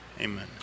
amen